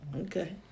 Okay